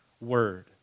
word